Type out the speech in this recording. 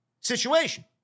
situation